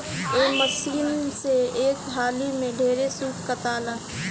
ए machine से एक हाली में ढेरे सूत काताला